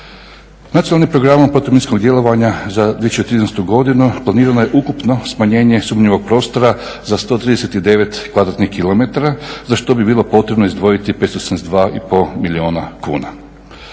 Nacionalnim programom protuminskog djelovanja za 2013. godinu planirano je ukupno smanjenje sumnjivog prostora za 139 kvadratnih kilometara za što bi bilo potrebno izdvojiti 572,5 milijuna kuna.